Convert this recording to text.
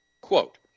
Quote